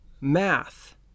math